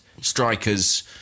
strikers